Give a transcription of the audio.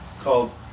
called